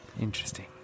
Interesting